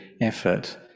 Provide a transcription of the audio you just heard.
effort